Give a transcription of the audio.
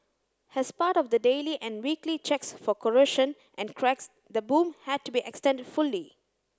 as part of the daily and weekly checks for corrosion and cracks the boom had to be extended fully